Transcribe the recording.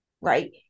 right